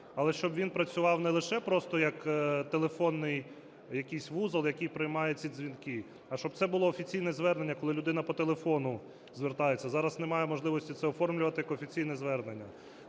але щоб він працював не лише просто як телефонний якийсь вузол, який приймає ці дзвінки, а щоб це було офіційне звернення, коли людина по телефону звертається, зараз немає можливості це оформлювати як офіційне звернення.